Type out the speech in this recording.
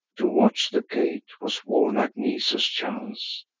to watch the gate was warlike nisus' chance.